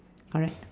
correct